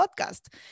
podcast